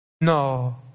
No